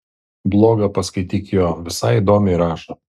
blogą paskaityk jo visai įdomiai rašo